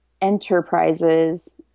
Enterprises